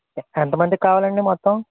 ఎంత మందికి కావాలండి మొత్తం